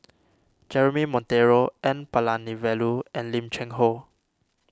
Jeremy Monteiro N Palanivelu and Lim Cheng Hoe